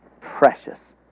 precious